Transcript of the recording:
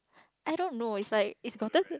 I don't know is like is